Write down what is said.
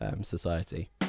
society